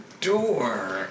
door